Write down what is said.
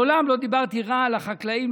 מעולם לא דיברתי רע על החקלאים,